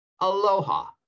Aloha